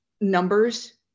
numbers